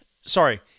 sorry